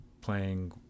playing